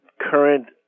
current